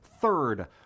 Third